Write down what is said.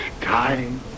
Time